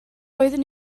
roeddwn